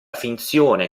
finzione